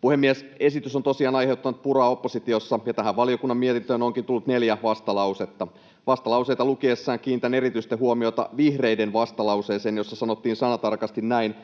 Puhemies! Esitys on tosiaan aiheuttanut puraa oppositiossa, ja tähän valiokunnan mietintöön onkin tullut neljä vastalausetta. Vastalauseita lukiessani kiinnitän erityistä huomiota vihreiden vastalauseeseen, jossa sanottiin sanatarkasti näin: